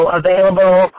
available